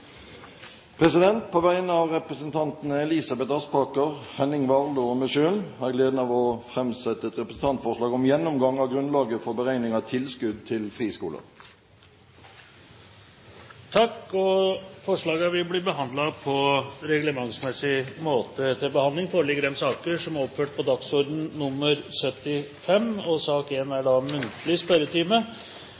På vegne av representantene Elisabeth Aspaker, Henning Warloe og meg selv har jeg gleden av å framsette et representantforslag om gjennomgang av grunnlaget for beregning av tilskudd til friskoler. Forslagene vil bli behandlet på reglementsmessig måte. Stortinget mottok mandag meddelelse fra Statsministerens kontor om at statsrådene Anne-Grete Strøm-Erichsen, Knut Storberget og Ola Borten Moe vil møte til muntlig spørretime. De annonserte regjeringsmedlemmene er